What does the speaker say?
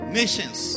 nations